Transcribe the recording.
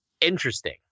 Interesting